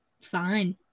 fine